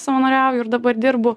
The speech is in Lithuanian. savanoriauju ir dabar dirbu